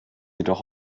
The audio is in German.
jedoch